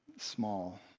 small.